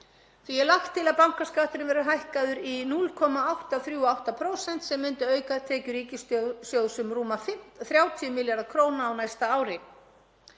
Því er lagt til að bankaskatturinn verði hækkaður í 0,838% sem myndi auka tekjur ríkissjóðs um rúma 30 milljarða kr. á næsta ári.